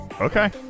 okay